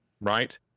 right